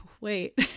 wait